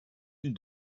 îles